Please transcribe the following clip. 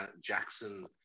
Jackson